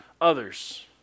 others